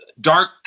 dark